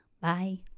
Bye